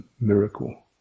miracle